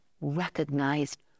recognized